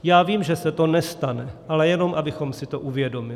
Já vím, že se to nestane, ale jenom abychom si to uvědomili.